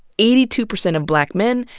eighty two percent of black men,